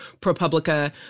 ProPublica